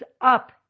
up